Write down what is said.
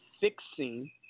fixing